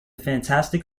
fantastic